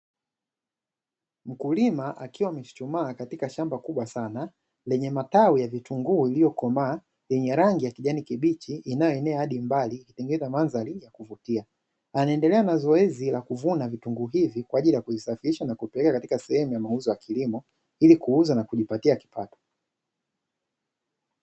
Mkulima akiwa amechuchumaa katika shamba kubwa sana lenye matawi ya vitunguu vilivyokomaa vyenye rangi ya kijani kibichi, inayomea hadi mbali katika mandhari ya kuvutia anaendelea na zoezi la kuvuna vitunguu hivi kwa ajili ya kuvisafirisha na kuvipeleka sehemu katika sehemu ya mauzo ya kilimo, hili kuuza na kujipatia kipato.